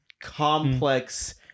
Complex